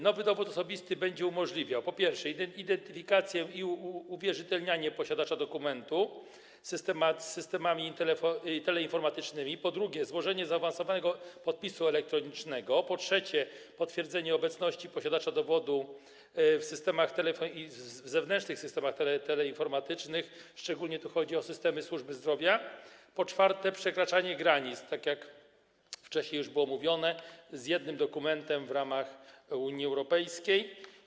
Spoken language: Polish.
Nowy dowód osobisty będzie umożliwiał: po pierwsze, identyfikację i uwierzytelnianie posiadacza dokumentu w systemach teleinformatycznych, po drugie, złożenie zaawansowanego podpisu elektronicznego, po trzecie, potwierdzanie obecności posiadacza dowodu w zewnętrznych systemach teleinformatycznych, szczególnie tu chodzi o systemy służby zdrowia, po czwarte, przekraczanie granic, tak jak wcześniej już było mówione, z jednym dokumentem w ramach Unii Europejskiej.